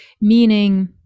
meaning